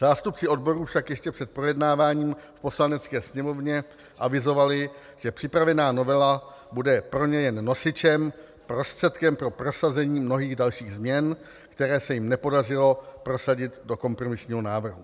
Zástupci odborů však ještě před projednáváním v Poslanecké sněmovně avizovali, že připravovaná novela bude pro ně jen nosičem, prostředkem pro prosazení mnohých dalších změn, které se jim nepodařilo prosadit do kompromisního návrhu.